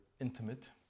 intimate